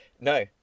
No